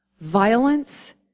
violence